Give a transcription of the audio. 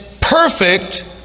perfect